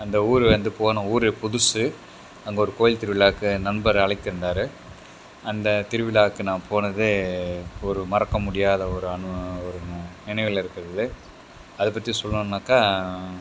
அந்த ஊர் வந்து போன ஊர் புதுசு அங்கே ஒரு கோவில் திருவிழாவுக்கு என் நண்பர் அழைத்திருந்தார் அந்த திருவிழாவுக்கு நான் போனது ஒரு மறக்க முடியாத ஒரு ஒரு நினைவில் இருக்கிறது அதை பற்றி சொல்ணும்னாக்கா